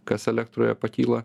kas elektroje pakyla